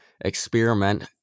Experiment